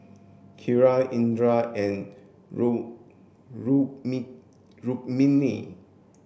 Kiran Indira and Rukmini